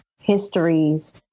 histories